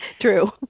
True